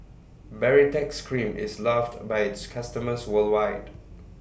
Baritex Cream IS loved By its customers worldwide